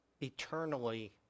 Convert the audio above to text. eternally